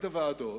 הוועדות,